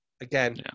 Again